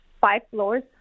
five-floors